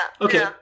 Okay